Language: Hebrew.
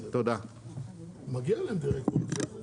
מועצה מקומית גני תקווה מטפלת בכל כך הרבה נושאים בתשתיות,